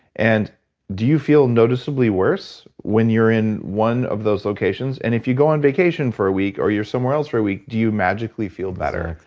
and do you feel noticeably worse when you're in one of those locations? and if you go on vacation for a week or you're somewhere else for a week do you magically feel better?